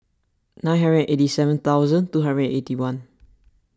nine hundred eighty seven hundred two hundred eighty one